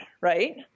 Right